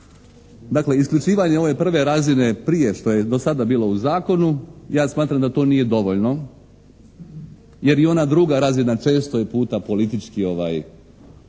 Dakle, isključivanje ove prve razine prije što je do sada bilo u zakonu ja smatram da to nije dovoljno jer i ona druga razina često je puta politički